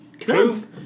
Prove